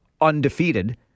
undefeated